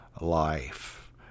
life